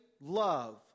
love